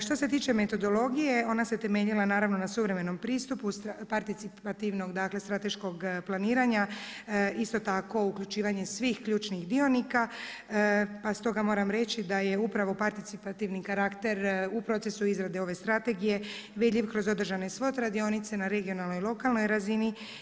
Što se tiče metodologije, ona se temeljila naravno na suvremenom pristupu participativnog, dakle strateškog planiranja, isto tako uključivanje svih ključnih dionika, pa stoga moram reći da je upravo participativni karakter u procesu izrade ove strategije, vidljiv kroz održane SWOT radionice, na regionalnoj i lokalnoj razini.